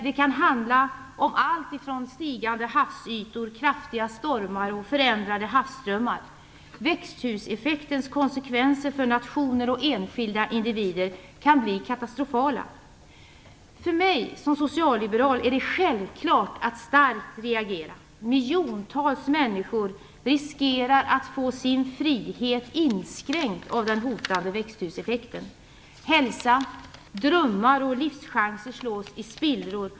Det kan handla om allt ifrån stigande havsytor till kraftiga stormar och förändrade havsströmmar. Växthuseffektens konsekvenser för nationer och enskilda individer kan bli katastrofala. För mig som socialliberal är det självklart att starkt reagera. Miljontals människor riskerar att få sin frihet inskränkt av den hotande växthuseffekten. Hälsa, drömmar och livschanser slås i spillror.